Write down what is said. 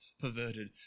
perverted